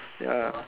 ya